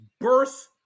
birth